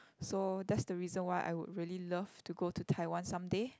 so that's the reason why I would really love to go to Taiwan someday